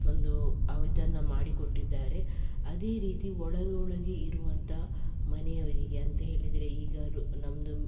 ಒಂದು ಅವಿದನ್ನ ಮಾಡಿಕೊಟ್ಟಿದ್ದಾರೆ ಅದೇ ರೀತಿ ಒಳಗೊಳಗೆ ಇರುವಂಥ ಮನೆಯವರಿಗೆ ಅಂತೇಳಿದರೆ ಈಗ ರು ನಮ್ದು